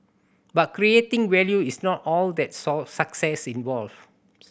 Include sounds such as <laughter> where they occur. but creating value is not all that <unintelligible> success involves